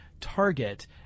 target